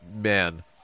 man